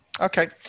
Okay